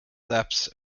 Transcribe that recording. laps